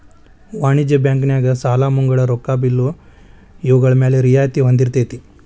ವಾಣಿಜ್ಯ ಬ್ಯಾಂಕ್ ನ್ಯಾಗ ಸಾಲಾ ಮುಂಗಡ ರೊಕ್ಕಾ ಬಿಲ್ಲು ಇವ್ಗಳ್ಮ್ಯಾಲೆ ರಿಯಾಯ್ತಿ ಹೊಂದಿರ್ತೆತಿ